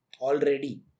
already